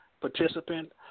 participant